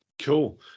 Cool